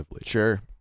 Sure